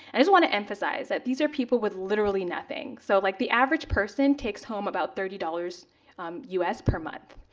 i just want to emphasize that these are people with literally nothing. so like the average person takes home about thirty dollars us per month.